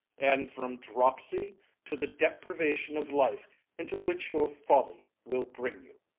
and from dropsy to the deprivation of life into which your folly will bring you.